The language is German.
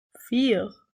vier